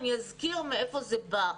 אני אזכיר מאיפה זה בא.